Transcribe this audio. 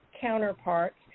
counterparts